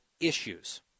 issues